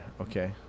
okay